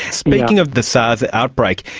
speaking of the sars outbreak,